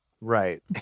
Right